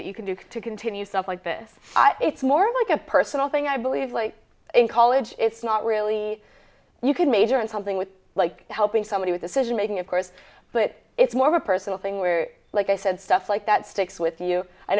that you can do to continue stuff like this it's more like a personal thing i believe like in college it's not really you can major in something with like helping somebody with decision making of course but it's more of a personal thing where like i said stuff like that sticks with you i